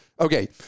okay